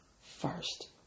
first